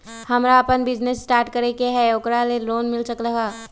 हमरा अपन business start करे के है ओकरा लेल लोन मिल सकलक ह?